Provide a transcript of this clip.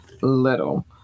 little